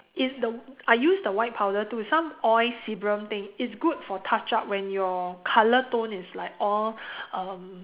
it's the I use the white powder to some oil serum thing it's good for touch up when your colour tone is like all um